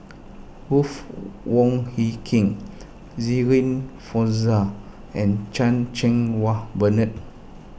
Ruth Wong Hie King Shirin Fozdar and Chan Cheng Wah Bernard